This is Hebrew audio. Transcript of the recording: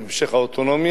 עם המשך האוטונומיה,